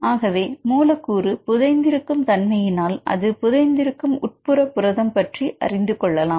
ஆகவே மூலக்கூறு புதைந்திருக்கும் தன்மையினால் அது புதைந்திருக்கும் உட்புற புரதம் பற்றி அறிந்துகொள்ளலாம்